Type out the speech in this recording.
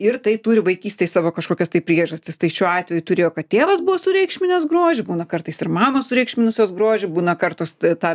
ir tai turi vaikystėj savo kažkokias tai priežastis tai šiuo atveju turėjo kad tėvas buvo sureikšminęs grožį būna kartais ir mamos sureikšminusios grožį būna kartos tą